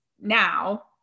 Now